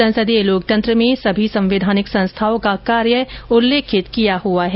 संसदीय लोकतंत्र में सभी संवैधानिक संस्थाओं का कार्य उल्लेखित किया हुआ है